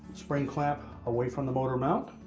spring clamp away from the motor mount.